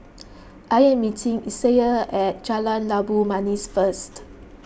I am meeting Isaiah at Jalan Labu Manis first